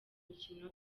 mukino